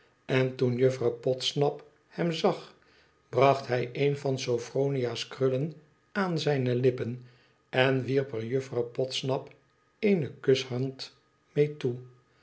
en toen juflrouw podsnap hem zag bracht hij een van sophronia's krullen aan zijne lippen en wierp er juflrouw podsnap eene kushand mee toe